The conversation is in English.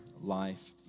life